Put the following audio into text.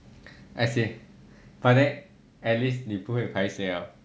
I say but that at least 你不会 paiseh